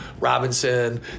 Robinson